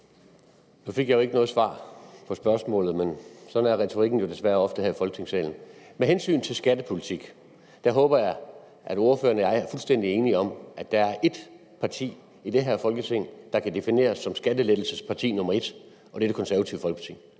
Så fik jeg ikke noget svar på spørgsmålet, men sådan er retorikken jo desværre ofte her i Folketingssalen. Med hensyn til skattepolitik vil jeg sige, at jeg håber, at ordføreren og jeg er fuldstændig enige om, at der er ét parti i det her Folketing, der kan defineres som skattelettelsesparti nr. 1, og at det er Det Konservative Folkeparti.